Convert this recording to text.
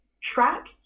track